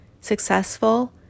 successful